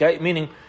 Meaning